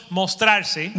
mostrarse